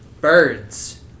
birds